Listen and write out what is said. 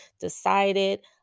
decided